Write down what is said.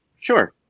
Sure